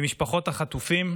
ממשפחות החטופים,